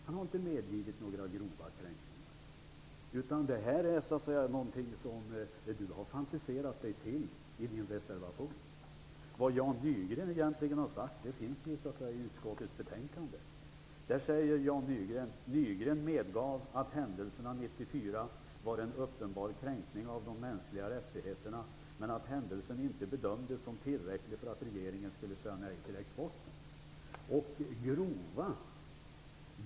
Han har inte medgivit några grova kränkningar, utan detta är någonting som Peter Eriksson har fantiserat ihop i sin reservation. Vad Jan Nygren egentligen har sagt finns att läsa i utskottets betänkande. Där står det att Nygren medgav att händelserna 1994 var en uppenbar kränkning av de mänskliga rättigheterna men att händelsen inte bedömdes som tillräcklig för att regeringen skulle säga nej till exporten.